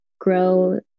grow